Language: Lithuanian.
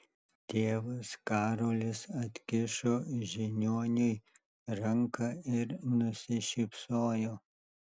tėvas karolis atkišo žiniuoniui ranką ir nusišypsojo